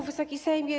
Wysoki Sejmie!